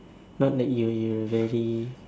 not that you you very